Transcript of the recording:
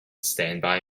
standby